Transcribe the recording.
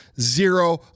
Zero